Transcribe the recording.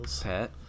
pet